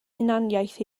hunaniaeth